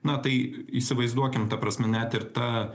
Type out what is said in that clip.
na tai įsivaizduokim ta prasme net ir ta